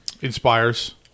inspires